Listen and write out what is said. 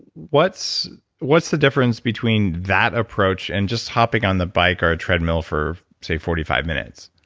what's what's the difference between that approach and just hopping on the bike or a treadmill for say, forty five minutes?